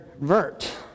vert